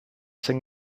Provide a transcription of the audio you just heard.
sing